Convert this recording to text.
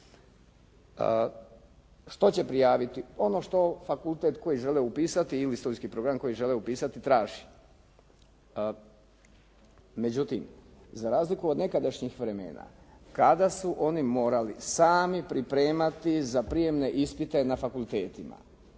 Što će prijaviti? Ono što fakultet koji žele upisati ili studijski program koji žele upisati traži. Međutim, za razliko od nekadašnjih vremena kada su oni morali sami pripremati za prijemne ispite na fakultetima,